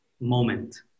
moment